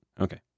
Okay